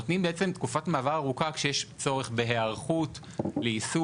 נותנים בעצם תקופת מעבר ארוכה כשיש צורך בהיערכות ליישום,